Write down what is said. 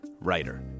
writer